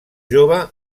jove